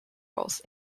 roles